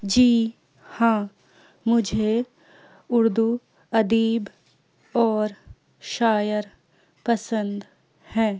جی ہاں مجھے اردو ادیب اور شاعر پسند ہیں